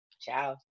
Ciao